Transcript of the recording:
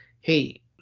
hey